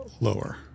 lower